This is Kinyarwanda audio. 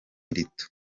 rito